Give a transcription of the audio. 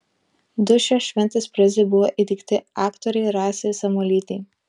du šios šventės prizai buvo įteikti aktorei rasai samuolytei